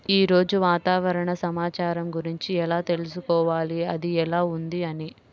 ఈరోజు వాతావరణ సమాచారం గురించి ఎలా తెలుసుకోవాలి అది ఎలా ఉంది అని?